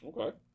Okay